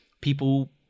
people